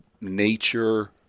nature